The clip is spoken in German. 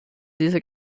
dieser